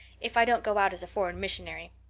if i don't go out as a foreign missionary.